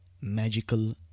magical